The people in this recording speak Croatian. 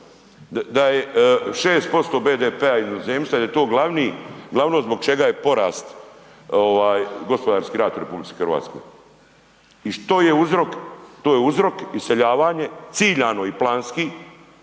da je 6% BDP-a iz inozemstva i da je to glavno zbog čega je porast, gospodarski rast u RH i što je uzrok? To je uzrok, iseljavanje, ciljano i planski,